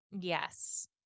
Yes